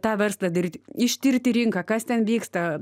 tą verslą dirti ištirti rinką kas ten vyksta